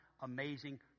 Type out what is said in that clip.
amazing